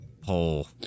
pull